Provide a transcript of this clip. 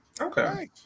Okay